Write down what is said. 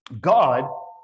God